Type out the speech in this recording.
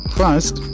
first